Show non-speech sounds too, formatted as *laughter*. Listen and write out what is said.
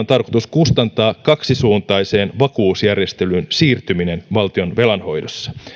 *unintelligible* tarkoitus kustantaa kaksisuuntaiseen vakuusjärjestelyyn siirtyminen valtion velanhoidossa